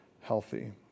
healthy